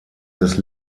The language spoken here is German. des